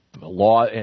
law